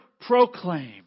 proclaim